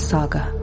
Saga